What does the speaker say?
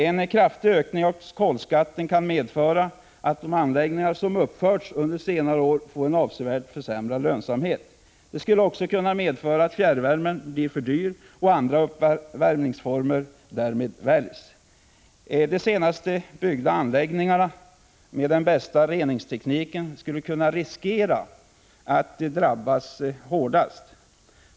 En kraftig ökning av kolskatten kan medföra att de anläggningar som har uppförts under senare år får en avsevärt försämrad lönsamhet. Det skulle också kunna medföra att fjärrvärmen blir för dyr och att andra uppvärmningsformer därmed väljs. Det finns risk för att de senast byggda anläggningarna, med den bästa reningstekniken, skulle kunna drabbas hårdast.